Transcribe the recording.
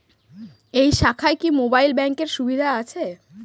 এই শাখায় কি মোবাইল ব্যাঙ্কের সুবিধা আছে?